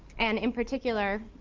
and in particular,